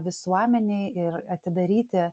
visuomenei ir atidaryti